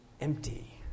empty